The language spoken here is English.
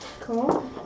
Cool